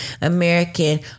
American